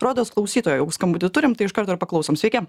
rodos klausytojo jau skambutį turim tai iš karto ir paklausom sveiki